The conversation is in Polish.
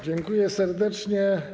Dziękuję serdecznie.